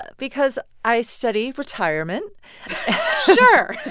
ah because i study retirement sure